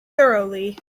thoroughly